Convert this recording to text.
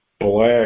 black